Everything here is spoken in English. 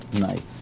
Nice